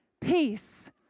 peace